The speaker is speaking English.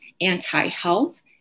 anti-health